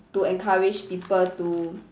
to encourage people to